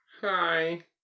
Hi